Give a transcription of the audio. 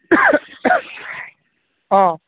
অঁ